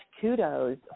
kudos